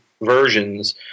versions